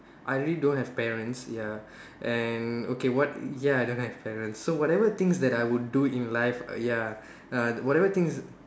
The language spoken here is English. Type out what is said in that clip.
I really don't have parents ya and okay what ya I don't have parents so whatever things that I would do in life ya uh whatever things